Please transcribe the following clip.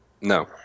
No